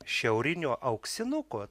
šiaurinio auksinuko